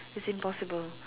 it's impossible